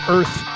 Earth